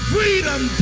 Freedom